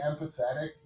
empathetic